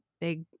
big